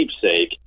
keepsake